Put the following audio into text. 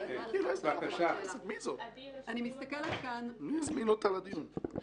מי הזמין אותה לדיון?